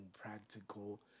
practical